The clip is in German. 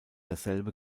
dasselbe